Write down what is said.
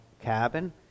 cabin